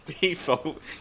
Default